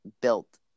built